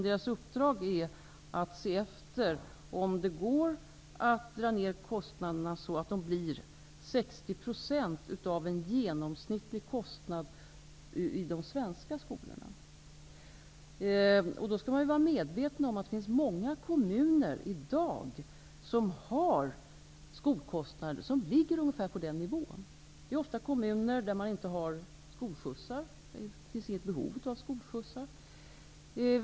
Deras uppdrag är att se efter om det går att dra ner kostnaderna så att de blir 60 % av den genomsnittliga kostnaden i de svenska skolorna. Vi skall vara medvetna om att det i dag finns många kommuner som har skolkostnader som ligger ungefär på den nivån. Det är ofta kommuner där man inte har skolskjutsar. Det finns inget behov av skolskjutsar.